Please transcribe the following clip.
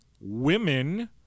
women